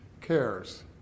cares